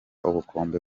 ubukombe